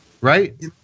Right